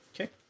Okay